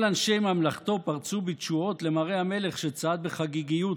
כל אנשי ממלכתו פרצו בתשואות למראה המלך שצעד בחגיגיות.